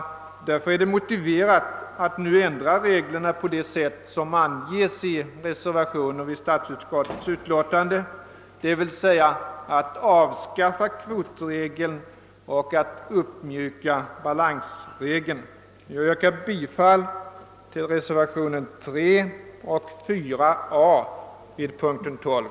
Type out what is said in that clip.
Av dessa skäl är det motiverat att nu ändra reglerna på det sätt som anges i reservationer vid denna punkt i statsutskottets utlåtande nr 5, d.v.s. att avskaffa kvotregeln och att uppmjuka balansregeln. Jag yrkar därför bifall till reservationerna 3 och 4 a vid punkten 12.